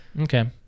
Okay